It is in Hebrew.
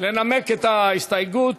לנמק את ההסתייגות.